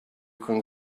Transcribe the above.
can